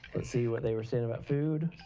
let's see what they were saying about food.